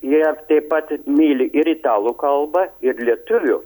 jie taip pat myli ir italų kalbą ir lietuvių